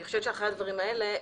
אני חושבת שאחרי הדברים האלה,